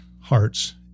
hearts